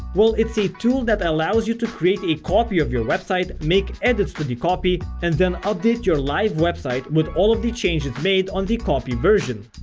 well, it's a tool that allows you to create a copy of your website make edits to the copy and then update your live website with all of the changes made on the copy version.